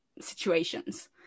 situations